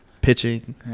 pitching